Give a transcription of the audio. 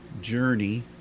journey